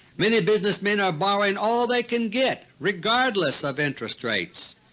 many business men are borrowing all they can get regardless of interest rates.